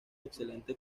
excelente